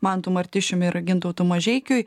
mantu martišiumi ir gintautui mažeikiui